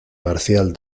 marcial